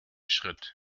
schritt